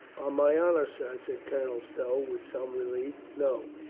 on my honor, sir, said colonel stow, with some relief, no.